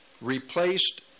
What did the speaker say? replaced